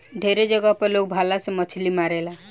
ढेरे जगह पर लोग भाला से मछली मारेला